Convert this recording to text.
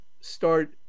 start